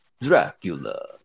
Dracula